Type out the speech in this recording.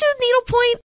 needlepoint